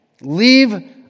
leave